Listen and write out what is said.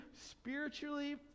spiritually